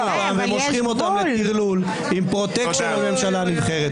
אותם ומושכים אותם לטרלול עם פרוטקשן לממשלה הנבחרת.